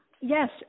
yes